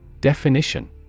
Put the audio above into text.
Definition